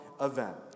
event